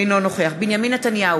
אינו נוכח בנימין נתניהו,